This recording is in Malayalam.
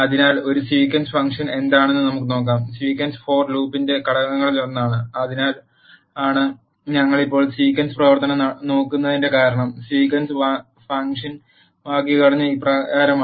അതിനാൽ ഒരു സീക്വൻസ് ഫംഗ്ഷൻ എന്താണെന്ന് നമുക്ക് നോക്കാം സീക്വൻസ് ഫോർ ലൂപ്പിന്റെ ഘടകങ്ങളിലൊന്നാണ് അതിനാലാണ് ഞങ്ങൾ ഇപ്പോൾ സീക്വൻസ് പ്രവർത്തനം നോക്കുന്നതിന്റെ കാരണം സീക്വൻസ് ഫംഗ്ഷൻ വാക്യഘടന ഇപ്രകാരമാണ്